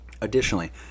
Additionally